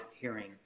hearing